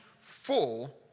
full